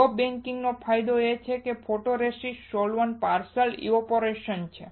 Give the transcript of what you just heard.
soft બેકિંગનો ફાયદો એ છે કે ત્યાં ફોટોરેસિસ્ટ સોલવન્ટ્સ પાર્શલ ઇવૅપરેશન છે